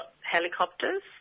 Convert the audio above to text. helicopters